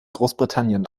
großbritannien